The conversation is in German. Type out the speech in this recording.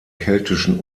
keltischen